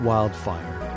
Wildfire